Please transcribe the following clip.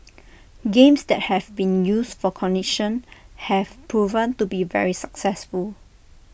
games that have been used for cognition have proven to be very successful